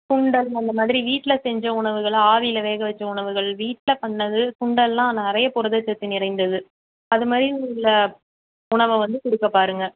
சுண்டல் அந்தமாதிரி வீட்டில் செஞ்ச உணவுகளை ஆவியில் வேகவைச்ச உணவுகள் வீட்டில் பண்ணிணது சுண்டலெலாம் நிறைய புரத சத்து நிறைந்தது அதுமாதிரி உள்ள உணவை வந்து கொடுக்கப்பாருங்க